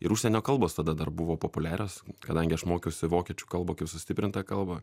ir užsienio kalbos tada dar buvo populiarios kadangi aš mokiausi vokiečių kalbą sustiprintą kalbą